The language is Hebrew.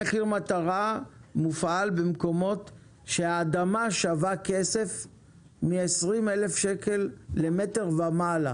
מטרה מופעל במקומות שהאדמה שווה מ-20,000 שקל ומעלה.